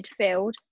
midfield